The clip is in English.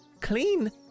clean